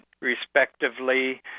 respectively